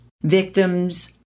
Victims